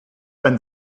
ein